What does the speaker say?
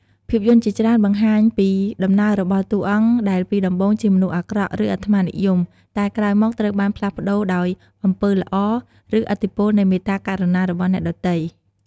ភាពយន្តជាច្រើនបង្ហាញពីដំណើររបស់តួអង្គដែលពីដំបូងជាមនុស្សអាក្រក់ ឬអាត្មានិយម តែក្រោយមកត្រូវបានផ្លាស់ប្ដូរដោយអំពើល្អ ឬឥទ្ធិពលនៃមេត្តាករុណារបស់អ្នកដទៃ។